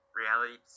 reality